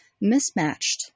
mismatched